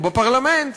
או בפרלמנט,